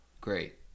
Great